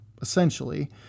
essentially